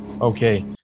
Okay